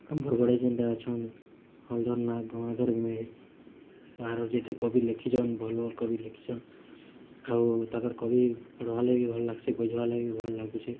ଆମ ବରଗଡ଼ ଯେନ୍ତା ଅଛନ୍ ବାହାରୁ ଯେତେ କବି ଲେଖିଛନ୍ ଭଲ ଭଲ କବି ଲେଖିଛନ୍ ଆଉ ତାକର୍ କବି ପଢ଼୍ବାର୍ ଲାଗି ଭଲ ଲାଗ୍ସି ବୁଝିବାର୍ ଲାଗି ଭଲ ଲାଗୁଛି